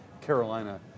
Carolina